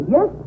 Yes